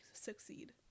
succeed